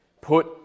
Put